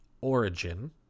origin